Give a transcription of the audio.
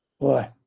Boy